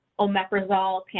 omeprazole